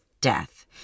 death